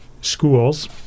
schools